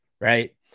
Right